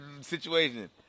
situation